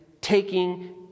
taking